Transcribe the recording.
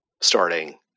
starting